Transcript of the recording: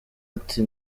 ati